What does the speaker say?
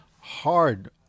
hard